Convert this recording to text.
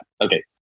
Okay